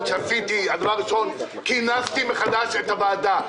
אנחנו חברי כנסת.